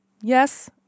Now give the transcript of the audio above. Yes